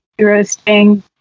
roasting